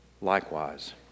likewise